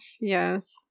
yes